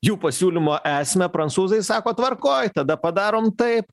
jų pasiūlymo esmę prancūzai sako tvarkoj tada padarom taip